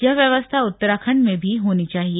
यह व्यवस्था उत्तराखण्ड में भी होनी चाहिए